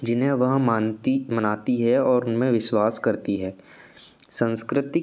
जिन्हें वह मानती मनाती है और उनमें विश्वास करती है संस्कृतिक